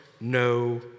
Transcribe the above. no